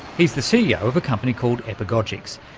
he's the ceo of a company called epagogix.